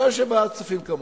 אתה יושב בוועדת הכספים כמוני,